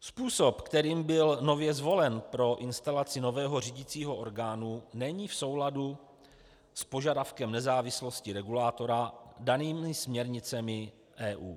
Způsob, který byl nově zvolen pro instalaci nového řídicího orgánu, není v souladu s požadavkem nezávislosti regulátora daným směrnicemi Evropské unie.